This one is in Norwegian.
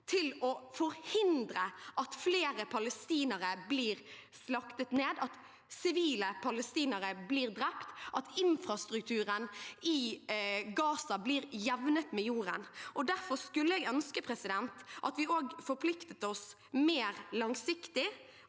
til å forhindre at flere palestinere blir slaktet ned, at sivile palestinere blir drept, og at infrastrukturen i Gaza blir jevnet med jorden. Derfor skulle jeg åpenbart ønske at vi forpliktet oss mer langsiktig,